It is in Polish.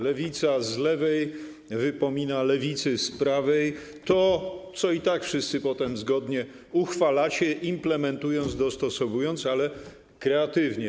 Lewica z lewej wypomina lewicy z prawej to, co i tak wszyscy potem zgodnie uchwalacie, implementując, dostosowując, ale kreatywnie.